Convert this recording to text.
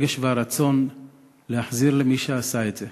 הרגש והרצון להחזיר למי שעשה את זה.